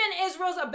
Israel's